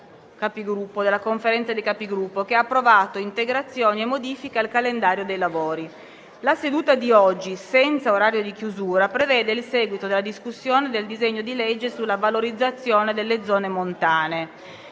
La seduta di oggi, senza orario di chiusura, prevede il seguito della discussione del disegno di legge sulla valorizzazione delle zone montane.